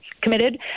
committed